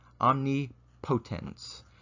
omnipotence